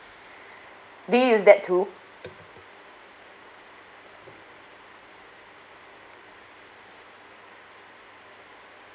do you use that too